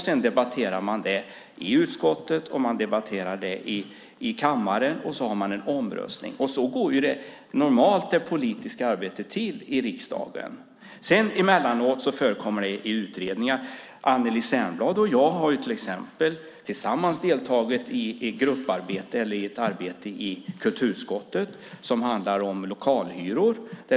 Sedan debatterar man det i utskottet och i kammaren, och så har man en omröstning. Så går det politiska arbetet normalt till i riksdagen. Emellanåt förekommer det utredningar. Anneli Särnblad och jag har till exempel tillsammans deltagit i ett arbete i kulturutskottet som handlar om lokalhyror.